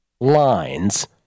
lines